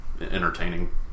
entertaining